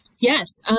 yes